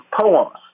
poems